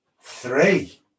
Three